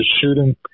shooting